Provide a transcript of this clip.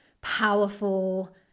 powerful